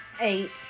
Eight